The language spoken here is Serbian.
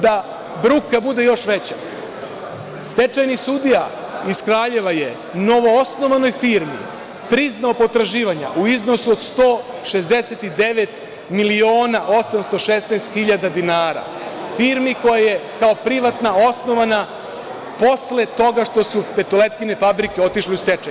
Da bruka bude još veća, stečajni sudija iz Kraljeva novoosnovanoj firmi je priznao potraživanja u iznosu od 169.816.000 dinara firmi koja je kao privatna osnovana posle toga što su Petoletkine fabrike otišle u stečaj.